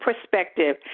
perspective